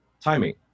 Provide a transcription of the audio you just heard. timing